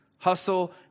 Hustle